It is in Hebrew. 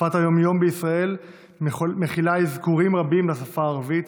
שפת היום-יום בישראל מכילה אזכורים רבים לשפה הערבית,